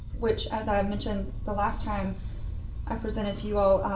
which, as i mentioned, the last time i presented to you all,